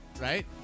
right